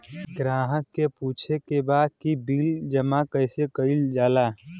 ग्राहक के पूछे के बा की बिल जमा कैसे कईल जाला?